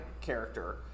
character